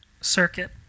circuit